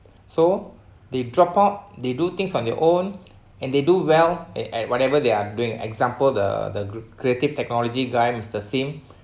so they drop out they do things on their own and they do well at whatever they are doing example the the gr~ Creative technology guy mister sim